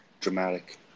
dramatic